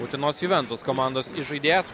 utenos juventus komandos įžaidėjas